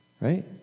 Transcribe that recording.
right